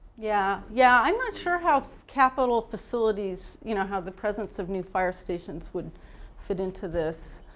yeah yeah, i'm not sure how capital facilities you know how the presence of new fire stations would fit into this.